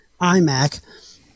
iMac